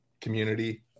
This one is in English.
community